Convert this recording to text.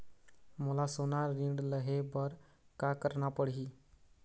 मोला सोना ऋण लहे बर का करना पड़ही?